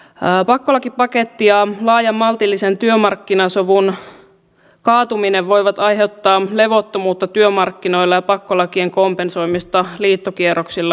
pakkolakipaketti ja laajan maltillisen työmarkkinasovun kaatuminen voivat aiheuttaa levottomuutta työmarkkinoilla ja pakkolakien kompensoimista liittokierroksilla